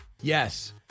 Yes